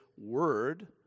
word